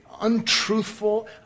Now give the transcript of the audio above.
untruthful